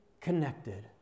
connected